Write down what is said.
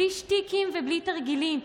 בלי שטיקים ובלי תרגילים.